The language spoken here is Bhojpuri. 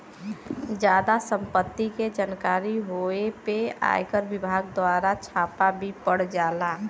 जादा सम्पत्ति के जानकारी होए पे आयकर विभाग दवारा छापा भी पड़ जाला